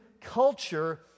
culture